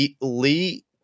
Lee